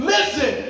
Listen